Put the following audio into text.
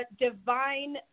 divine